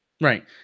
Right